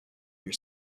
your